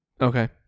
Okay